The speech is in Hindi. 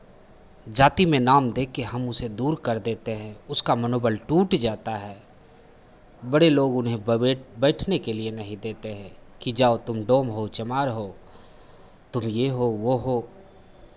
जाति में नाम दे कर हम उसे दूर कर देते हैं उसका मनोबल टूट जाता है बड़े लोग उन्हें बै बैठने के लिए नहीं देते हैं कि जाओ तुम डोम हो चमाड़ हो तुम ये हो वो हो